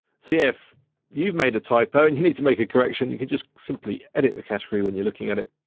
so yeah, if you've made a typo and you need to make a correction, you can just simply edit the category when you're looking at it.